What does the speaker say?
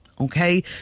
okay